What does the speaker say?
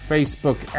Facebook